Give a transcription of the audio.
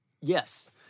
Yes